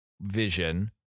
vision